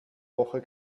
woche